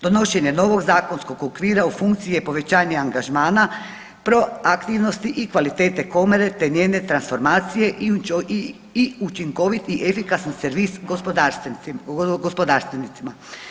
Donošenje novog zakonskog okvira u funkciji je povećanja angažmana, proaktivnosti i kvalitete komore te njene transformacija, i učinkovit i efikasan servis gospodarstvenicima.